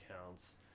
accounts